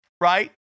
right